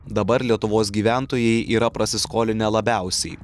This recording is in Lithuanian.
dabar lietuvos gyventojai yra prasiskolinę labiausiai